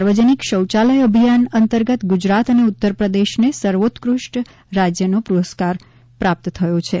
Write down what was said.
સાર્વજનિક શૌચાલય અભિયાન અંતર્ગત ગુજરાત અને ઉત્તરપ્રદેશને સર્વોત્કૃષ્ટ રાજ્યનો પુરસ્કાર પ્રાપ્ત થયો છે